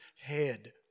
head